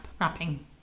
Wrapping